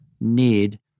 need